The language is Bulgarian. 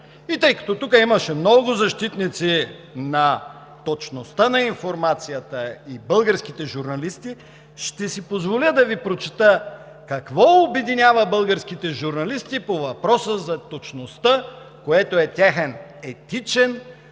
И тъй като тук имаше много защитници на точността на информацията и българските журналисти, ще си позволя да Ви прочета какво обединява българските журналисти по въпроса за точността, което е техен Етичен